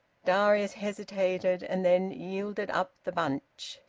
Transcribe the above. darius hesitated, and then yielded up the bunch.